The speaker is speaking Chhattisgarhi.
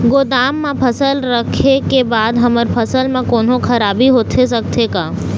गोदाम मा फसल रखें के बाद हमर फसल मा कोन्हों खराबी होथे सकथे का?